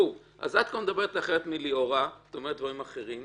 את כבר מדברת אחרת מליאורה, את אומרת דברים אחרים.